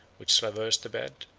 which traverse the bed,